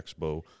Expo